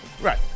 right